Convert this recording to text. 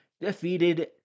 defeated